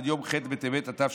עד יום ח' בטבת התשפ"א